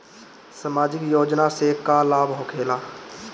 समाजिक योजना से का लाभ होखेला?